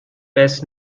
best